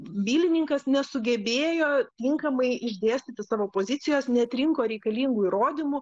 bylininkas nesugebėjo tinkamai išdėstyti savo pozicijos neatrinko reikalingų įrodymų